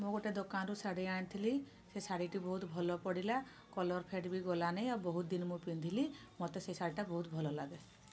ମୁଁ ଗୋଟେ ଦୋକାନରୁ ଶାଢ଼ୀ ଆଣିଥିଲି ସେ ଶାଢ଼ୀଟି ବହୁତ ଭଲ ପଡ଼ିଲା କଲର୍ ଫେଡ଼୍ ବି ଗଲାନି ଆଉ ବହୁତ ଦିନ ମୁଁ ପିନ୍ଧିଲି ମୋତେ ସେ ଶାଢ଼ୀଟା ବହୁତ ଭଲ ଲାଗେ